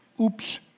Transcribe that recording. Oops